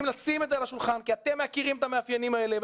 לשים את זה על השולחן כי אתם מכירים את המאפיינים האלה,